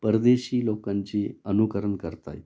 परदेशी लोकांची अनुकरण करतात